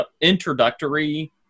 introductory